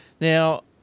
Now